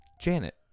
Janet